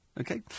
Okay